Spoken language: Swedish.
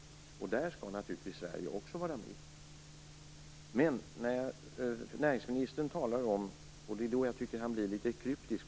Där skall naturligtvis också Sverige vara med. Mot slutet av sitt svar blir näringsministern litet kryptisk.